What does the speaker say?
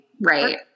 right